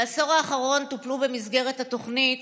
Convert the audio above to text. בעשור האחרון טופלו במסגרת התוכנית